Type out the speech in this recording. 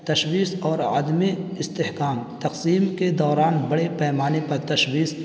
تشویش اور عدم استحکام تقسیم کے دوران بڑے پیمانے پر تشویش